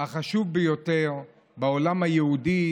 החשוב ביותר בעולם היהודי,